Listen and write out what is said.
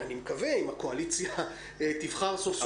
אני מקווה, אם הקואליציה תבחר סוף-סוף.